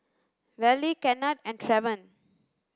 Vallie Kennard and Travon